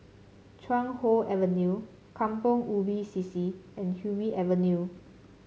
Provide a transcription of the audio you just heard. Chuan Hoe Avenue Kampong Ubi C C and Hume Avenue